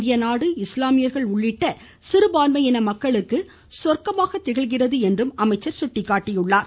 இந்திய நாடு இஸ்லாமியர்கள் உள்ளிட்ட சிறுபான்மையின மக்களுக்கு சொர்க்கமாக திகழ்கிறது என்று அமைச்சர் கூறியுள்ளாா